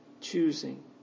choosing